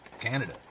Canada